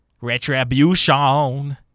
Retribution